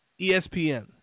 ESPN